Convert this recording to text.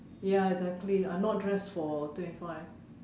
ya exactly I'm not dressed for twenty five